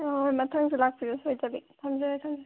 ꯍꯣꯏ ꯃꯊꯪꯁꯨ ꯂꯥꯛꯄꯤꯔꯣ ꯁꯣꯏꯗꯕꯤ ꯊꯝꯖꯔꯦ ꯊꯝꯖꯔꯦ